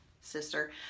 sister